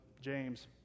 James